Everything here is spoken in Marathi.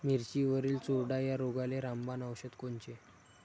मिरचीवरील चुरडा या रोगाले रामबाण औषध कोनचे?